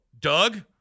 Doug